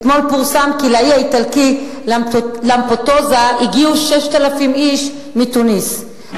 אתמול פורסם כי לאי האיטלקי למפדוזה הגיעו 6,000 איש מתוניסיה.